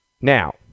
Now